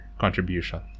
contribution